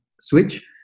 switch